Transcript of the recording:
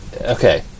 Okay